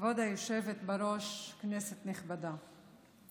כבוד היושבת בראש, כנסת נכבדה,